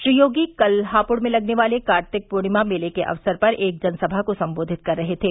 श्री योगी कल हापुड़ में लगने वाले कार्तिक पूर्णिमा मेले के अक्सर पर एक जनसभा को संबोधित कर रहे थे